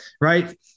right